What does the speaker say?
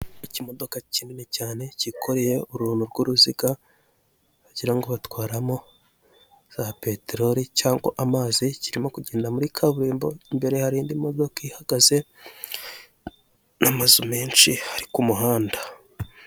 Imodoka kinini cyane cyikoreye uruntu rw'uruziga bagira ngo batwaramo za peteroli cyangwa amazi kirimo kugenda muri kaburimbo, imbere hari indi modoka ihagaze, n'amazu menshi ari ku muhanda.